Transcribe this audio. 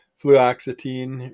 fluoxetine